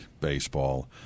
Baseball